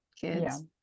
kids